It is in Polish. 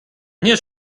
nie